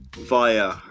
via